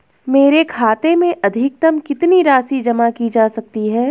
मेरे खाते में अधिकतम कितनी राशि जमा की जा सकती है?